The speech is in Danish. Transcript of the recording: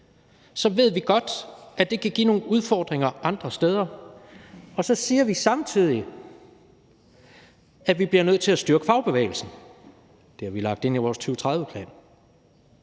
så ved vi godt, at det kan give nogle udfordringer andre steder, og så siger vi samtidig, at vi bliver nødt til at styrke fagbevægelsen. Det har vi lagt ind i vores 2030-plan.